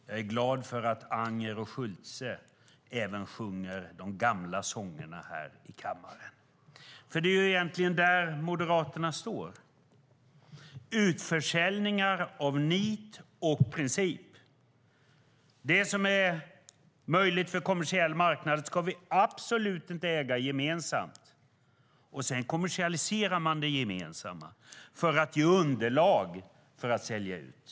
Jag är glad för att Anger och Schulte även sjunger de gamla sångerna här i kammaren, för det är egentligen där som Moderaterna står - man vill av nit och princip ha utförsäljningar. Det som är möjligt för kommersiell marknad ska vi absolut inte äga gemensamt. Sedan kommersialiserar man det gemensamma för att ge underlag för att sälja ut.